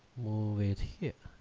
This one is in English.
move it here